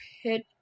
hit